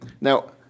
now